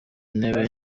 ntebe